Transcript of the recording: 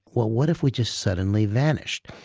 well, what if we just suddenly vanished?